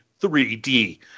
3D